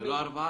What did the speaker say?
זה לא ארבעה?